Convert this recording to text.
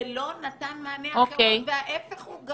זה לא נתן מענה אחר וההיפך הוא,